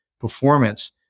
performance